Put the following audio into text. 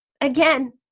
Again